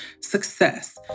success